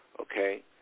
okay